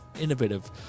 innovative